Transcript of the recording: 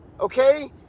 Okay